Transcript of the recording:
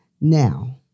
Now